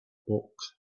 bulk